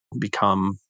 become